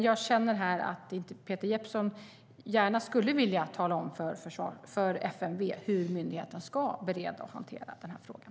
Jag känner dock här att Peter Jeppsson gärna skulle vilja tala om för FMV hur myndigheten ska bereda och hantera den här frågan.